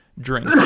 Drink